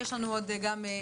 יש לנו עוד התייעצויות,